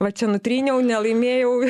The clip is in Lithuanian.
va čia nutryniau nelaimėjau